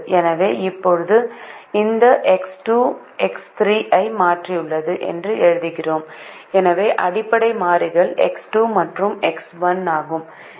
எனவே இப்போது இந்த எக்ஸ் 2 எக்ஸ் 3 ஐ மாற்றியுள்ளது என்று எழுதுகிறோம் எனவே அடிப்படை மாறிகள் எக்ஸ் 2 மற்றும் எக்ஸ் 1 ஆகும்